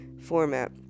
format